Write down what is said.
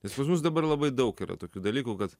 nes pas mus dabar labai daug yra tokių dalykų kad